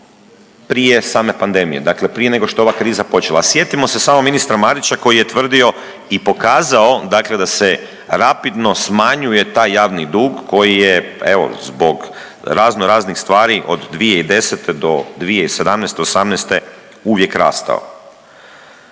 prije same pandemije, dakle prije nego što je ova kriza počela. A sjetimo se samo ministra Marića koji je tvrdio i pokazao da se rapidno smanjuje taj javni dug koji je evo zbog raznoraznih stvari od 2010. do 2017., '18. uvijek rastao.